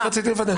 רק רציתי לוודא.